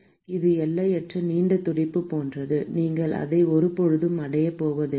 மாணவர் ஆனால் அது அது எல்லையற்ற நீண்ட துடுப்பு போன்றது நீங்கள் அதை ஒருபோதும் அடையப் போவதில்லை